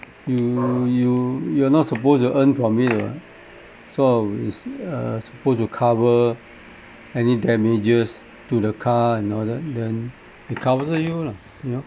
you you you are not supposed to earn from it [what] so is uh supposed to cover any damages to the car and all that then it covers lah you know